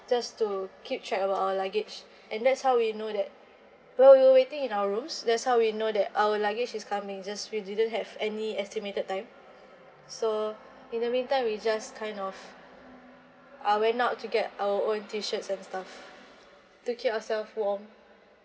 just to keep track of our luggage and that's how we know that while we were waiting in our rooms that's how we know that our luggage is coming just we didn't have any estimated time so in the mean time we just kind of uh went out to get our own t shirts and stuffs to keep ourselves warm